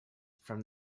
from